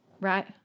right